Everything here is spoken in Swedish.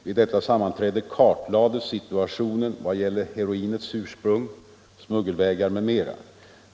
Vid detta sammanträde kartlades situationen vad gäller heroinets ursprung, smuggelvägar m.m.